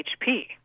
HP